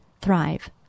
thrive